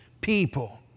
people